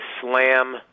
slam